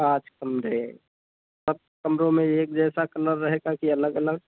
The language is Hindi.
पाँच कमरे सब कमरों में एक जैसा कलर रहेगा कि अलग अलग